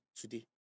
today